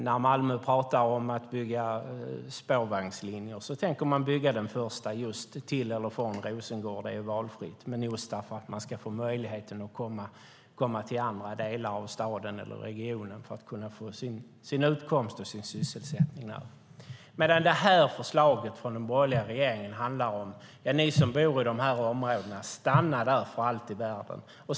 När man i Malmö talar om att bygga spårvagnslinjer tänker man bygga den första till eller från Rosengård - det är valfritt - just för att människor ska få möjlighet att komma till andra delar av staden eller regionen för att få sin utkomst och sin sysselsättning där. Men detta förslag från den borgerliga regeringen handlar om att man säger: Ni som bor i dessa områden, stanna där för allt i världen.